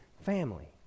family